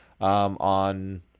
on